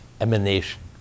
emanation